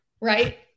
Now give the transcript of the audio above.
right